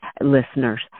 listeners